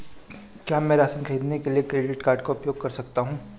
क्या मैं राशन खरीदने के लिए क्रेडिट कार्ड का उपयोग कर सकता हूँ?